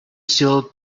still